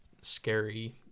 scary